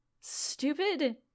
stupid